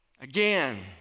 Again